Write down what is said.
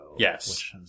Yes